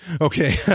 Okay